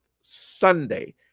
Sunday